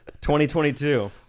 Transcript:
2022